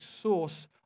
source